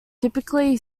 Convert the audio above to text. typically